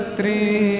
three